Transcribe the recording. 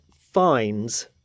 finds